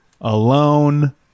alone